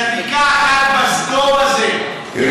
צדיקה אחת בסדום הזה,